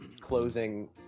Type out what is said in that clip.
closing